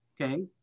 okay